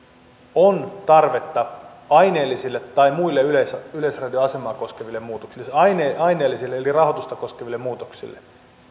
on tarvetta aineellisille tai muille yleisradion asemaa koskeville muutoksille siis aineellisille eli rahoitusta koskeville muutoksille